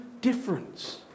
difference